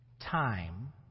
time